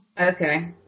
Okay